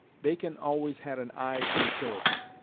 bacon always had an eye to utility.